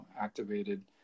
activated